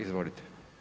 Izvolite.